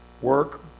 work